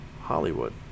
Hollywood